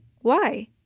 Why